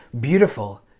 beautiful